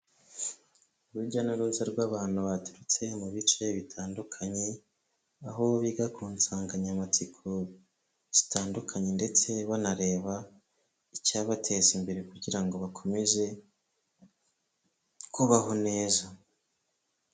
Urujya n'uruza rw'abantu baturutse mu bice bitandukanye, aho biga ku nsanganyamatsiko zitandukanye ndetse banareba icyabateza imbere kugira ngo bakomeze kubaho neza.